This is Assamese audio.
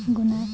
গুণা